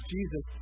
Jesus